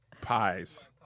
pies